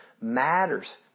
matters